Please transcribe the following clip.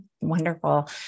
Wonderful